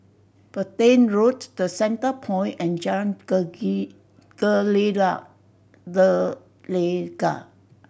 Petain Road The Centrepoint and Jalan Gelegar